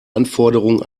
anforderungen